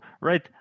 right